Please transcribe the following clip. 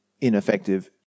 ineffective